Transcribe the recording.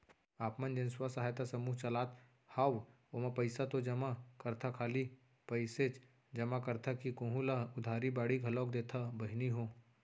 आप मन जेन स्व सहायता समूह चलात हंव ओमा पइसा तो जमा करथा खाली पइसेच जमा करथा कि कोहूँ ल उधारी बाड़ी घलोक देथा बहिनी हो?